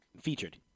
featured